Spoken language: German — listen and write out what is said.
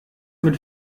mit